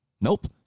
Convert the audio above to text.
Nope